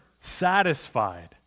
satisfied